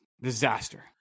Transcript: Disaster